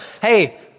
Hey